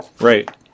Right